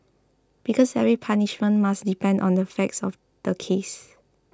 because every punishment must depend on the facts of the case